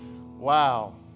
Wow